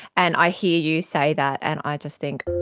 and i hear you say that and i just think,